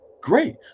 great